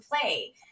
play